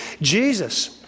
Jesus